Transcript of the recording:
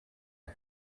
aha